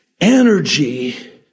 energy